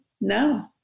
No